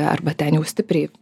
arba ten jau stipriai